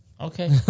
Okay